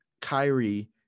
Kyrie